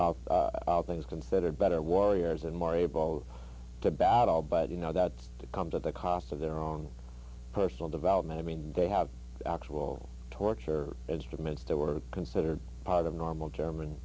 be things considered better warriors and more able to battle but you know that to come to the cost of their own personal development i mean they have actual torture as tremendous they were considered part of normal german